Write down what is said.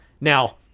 Now